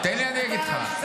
תן לי, אני אגיד לך.